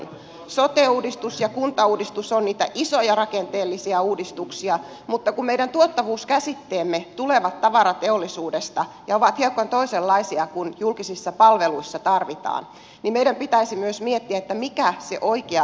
sote uudistus ja kuntauudistus ovat niitä isoja rakenteellisia uudistuksia mutta kun meidän tuottavuuskäsitteemme tulevat tavarateollisuudesta ja ovat hiukan toisenlaisia kuin mitä julkisissa palveluissa tarvitaan niin meidän pitäisi myös miettiä mikä se oikea tuotos on